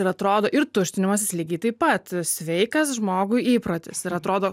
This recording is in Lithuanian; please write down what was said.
ir atrodo ir tuštinimasis lygiai taip pat sveikas žmogui įprotis ir atrodo